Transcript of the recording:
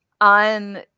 on